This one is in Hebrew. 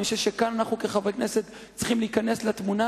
אני חושב שאנחנו כחברי הכנסת צריכים להיכנס לתמונה